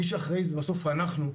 מי שאחראי הוא בסוף אנחנו,